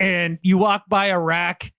and you walk by a rack.